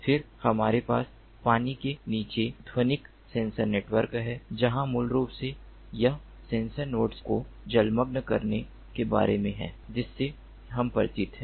फिर हमारे पास पानी के नीचे ध्वनिक सेंसर नेटवर्क है जहां मूल रूप से यह सेंसर नोड्स को जलमग्न करने के बारे में है जिससे हम परिचित हैं